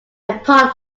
apart